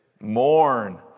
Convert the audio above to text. mourn